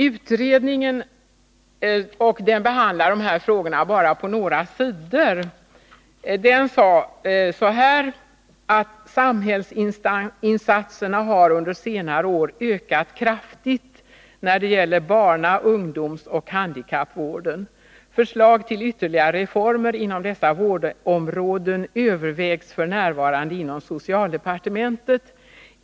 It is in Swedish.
Utredningen behandlar dessa frågor bara på några sidor. Den framhöll bl.a. följande: ”Samhällsinsatserna har under senare år ökat kraftigt när det gäller barna-, ungdomsoch handikappvården. Förslag till ytterligare reformer inom dessa vårdområden övervägs f. n. inom socialdepartementet.